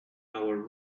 our